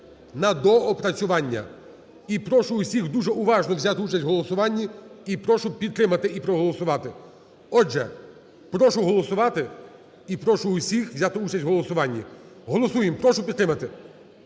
на доопрацювання. І прошу усіх дуже уважно взяти участь в голосуванні і прошу підтримати і проголосувати. Отже, прошу голосувати і прошу усіх взяти участь в голосуванні. Голосуємо. Прошу підтримати